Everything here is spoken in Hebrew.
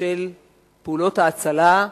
של פעולות ההצלה,